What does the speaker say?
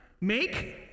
Make